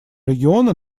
региона